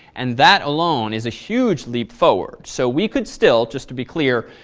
and that alone is a huge leap forward. so we could still, just to be clear,